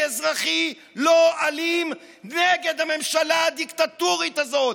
אזרחי לא אלים נגד הממשלה הדיקטטורית הזאת.